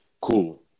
Cool